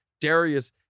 Darius